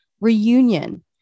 reunion